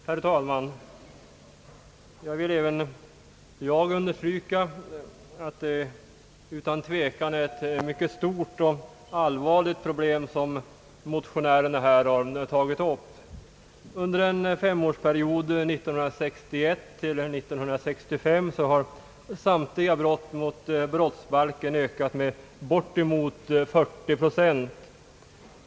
Herr talman! Även jag vill understryka att det utan tvivel är ett mycket stort och allvarligt problem som motionärerna har tagit upp. Under femårsperioden 1961—1965 har antalet brott under brottsbalken ökat med bortemot 40 procent.